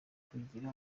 kugira